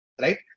right